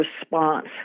response